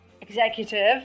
executive